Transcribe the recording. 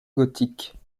gothique